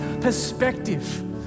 perspective